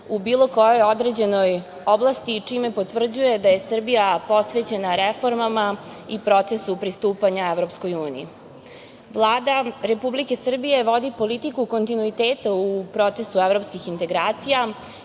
u bilo kojoj određenoj oblasti, čime potvrđuje da je Srbija posvećena reformama i procesu pristupanja EU.Vlada Republike Srbije vodi politiku kontinuiteta u procesu evropskih integracija